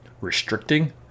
restricting